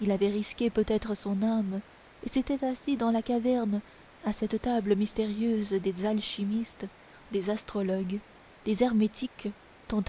il avait risqué peut-être son âme et s'était assis dans la caverne à cette table mystérieuse des alchimistes des astrologues des hermétiques dont